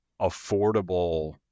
affordable